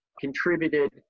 contributed